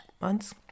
months